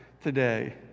today